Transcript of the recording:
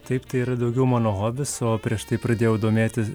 taip tai yra daugiau mano hobis o prieš tai pradėjau domėtis